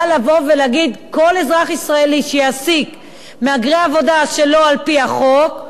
בא להגיד: כל אזרח ישראלי שיעסיק מהגרי עבודה שלא על-פי החוק,